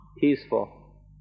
peaceful